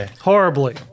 Horribly